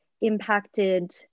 impacted